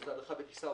שזו הדרכה בטיסה,